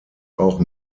auch